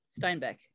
steinbeck